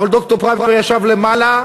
אבל ד"ר פראוור ישב למעלה,